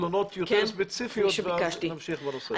תלונות יותר ספציפיות ואז נמשיך בנושא הזה.